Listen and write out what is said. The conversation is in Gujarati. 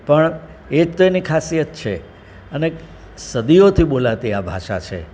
પણ એ તો એની ખાસિયત છે અને સદીઓથી બોલાતી આ ભાષા છે